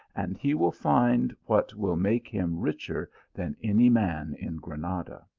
and he will find what will make him richer than any man in granada.